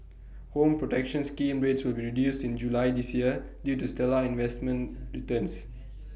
home protection scheme rates will be reduced in July this year due to stellar investment returns